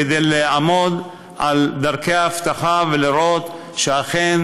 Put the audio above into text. כדי לעמוד על דרכי האבטחה ולראות שאכן